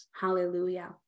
Hallelujah